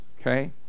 Okay